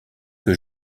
que